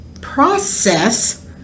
process